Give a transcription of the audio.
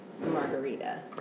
margarita